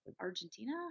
Argentina